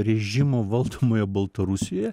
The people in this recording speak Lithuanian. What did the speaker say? režimo valdomoje baltarusijoje